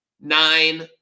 nine